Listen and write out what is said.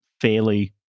fairly